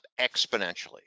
exponentially